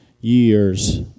years